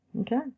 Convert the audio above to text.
Okay